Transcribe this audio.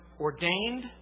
ordained